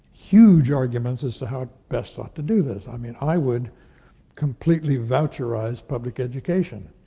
huge arguments as to how best ought to do this. i mean, i would completely voucher-ize public education.